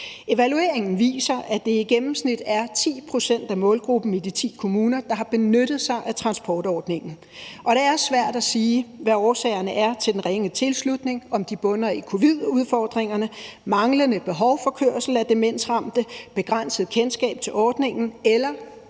Evalueringen viser, at det i gennemsnit er 10 pct. af målgruppen i de ti kommuner, der har benyttet sig af transportordningen, og det er svært at sige, hvad årsagerne er til den ringe tilslutning, om de bunder i covid-19-udfordringerne, manglende behov for kørsel af demensramte, begrænset kendskab til ordningen eller